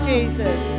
Jesus